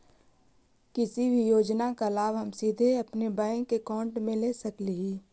किसी भी योजना का लाभ हम सीधे अपने बैंक अकाउंट में ले सकली ही?